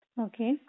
Okay